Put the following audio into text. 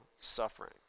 suffering